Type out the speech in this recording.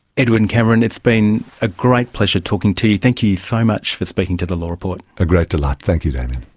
edwin cameron, it's been a great pleasure talking to you, thank you you so much for speaking to the law report. a great delight, thank you damien.